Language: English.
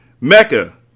Mecca